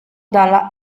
dalla